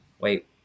wait